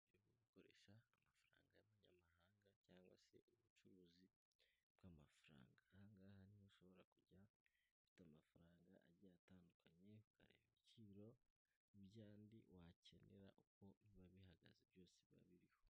Uburyo bwo gukoresha amafaranga y'amanyamahanga cyangwa se ubucuruzi bw'amafaranga. Aha ngaha niho ushobora kujya ufite amafaranga agiye atandukanye ukareba ibiciro by'andi wakenera uko biba bihagaze byose biba biriho.